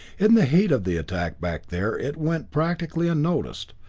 in the heat of the attack back there it went practically unnoticed.